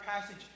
passage